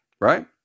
Right